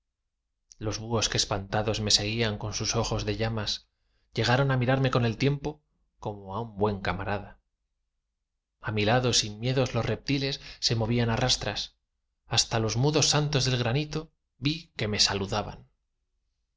los buhos que espantados me seguían con sus ojos de llamas llegaron á mirarme con el tiempo como á un buen camarada a mi lado sin miedo los reptiles se movían á rastras hasta los mudos santos de granito vi que me saludaban